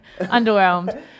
underwhelmed